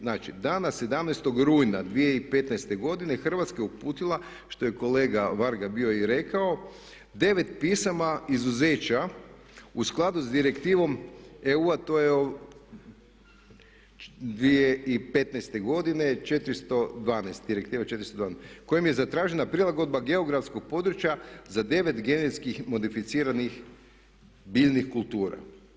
Znači dana 17. rujna 2015 godine Hrvatska je uputila što je kolega Varga bio i rekao 9 pisama izuzeća u skladu sa direktivom EU to je 2015. godine 412, direktiva 412 kojom je zatražena prilagodba geografskog područja za 9 genetski modificiranih biljnih kultura.